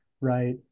right